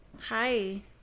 Hi